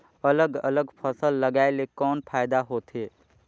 अलग अलग फसल लगाय ले कौन फायदा होथे?